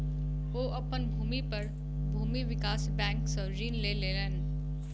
ओ अपन भूमि पर भूमि विकास बैंक सॅ ऋण लय लेलैन